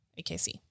AKC